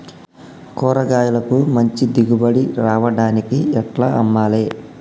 కూరగాయలకు మంచి దిగుబడి రావడానికి ఎట్ల అమ్మాలే?